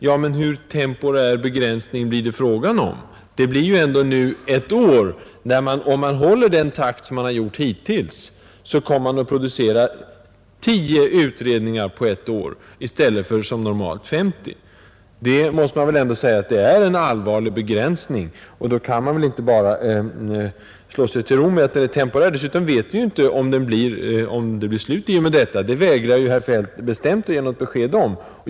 Ja, men hur tillfällig begränsning blir det fråga om? Det blir ju ändå nu ett helt år, under vilket man, med den takt som hållits hittills, kommer att producera 10 utredningar i stället för normalt 50. Det måste man väl ändå säga är en allvarlig begränsning, och då kan man inte bara slå sig till ro med att begränsningen är ”temporär”. Dessutom vet vi ju inte om det blir slut i och med detta — det vägrar ju herr Feldt bestämt att ge något besked om.